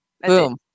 Boom